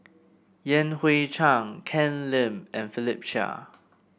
Yan Hui Chang Ken Lim and Philip Chia